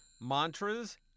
mantras